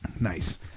nice